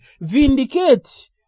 vindicate